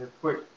quick